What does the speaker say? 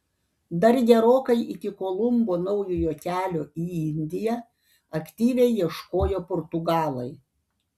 dar gerokai iki kolumbo naujojo kelio į indiją aktyviai ieškojo portugalai